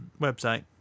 website